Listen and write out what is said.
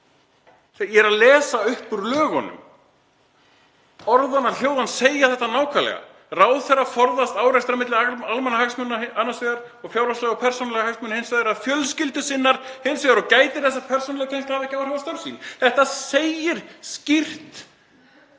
Ég er að lesa upp úr lögunum, orðanna hljóðan segir þetta nákvæmlega: „Ráðherra forðast árekstra milli almannahagsmuna annars vegar og fjárhagslegra eða persónulegra hagsmuna sinna eða fjölskyldu sinnar hins vegar og gætir þess að persónuleg tengsl hafi ekki áhrif á störf sín.“ Þetta segir skýrt